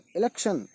election